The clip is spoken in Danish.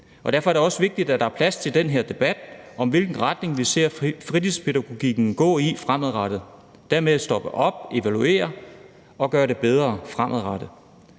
derfor er det også vigtigt, at der er plads til den her debat om, hvilken retning vi ser fritidspædagogikken gå i fremadrettet, og at vi dermed stopper op, evaluerer og gør det bedre fremadrettet.